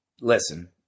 listen